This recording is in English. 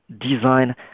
design